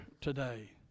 today